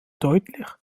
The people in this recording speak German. deutlich